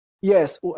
Yes